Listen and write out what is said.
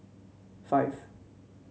five